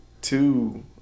two